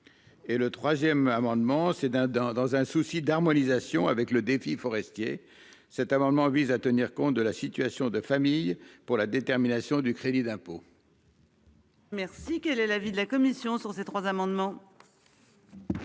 Et le 3ème amendement c'est dans dans dans un souci d'harmonisation avec le défi forestier cet amendement vise à tenir compte de la situation de famille pour la détermination du crédit d'impôt. Merci. Quel est l'avis de la commission sur ces trois amendements.